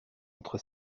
entre